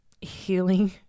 healing